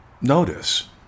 notice